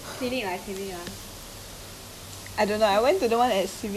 clinic or hospital lah whatever lah clinic lah clinic lah